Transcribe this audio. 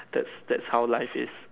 that's that's how life is